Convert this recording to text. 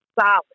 solid